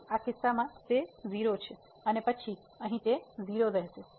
તેથી આ કિસ્સામાં તે 0 છે અને પછી અહીં તે 0 છે